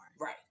Right